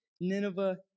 Nineveh